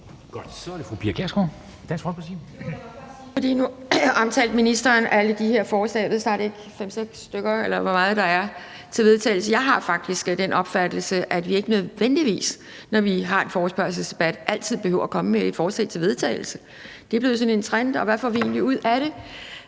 snart ikke, hvor mange der er, fem-seks stykker. Jeg har faktisk den opfattelse, at vi ikke nødvendigvis, når vi har en forespørgselsdebat, altid behøver at komme med et forslag til vedtagelse. Det er blevet sådan en trend, og hvad får vi egentlig ud af det?